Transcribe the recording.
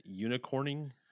unicorning